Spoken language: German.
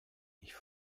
ich